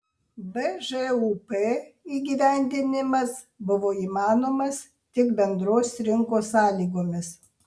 bžūp įgyvendinimas buvo įmanomas tik bendros rinkos sąlygomis